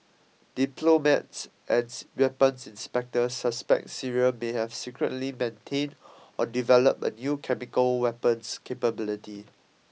diplomats and weapons inspectors suspect Syria may have secretly maintained or developed a new chemical weapons capability